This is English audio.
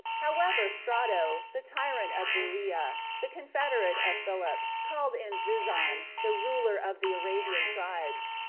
however strato, the tyrant of berea, the confederate of philip, called in zizon, the ruler of the arabian tribes,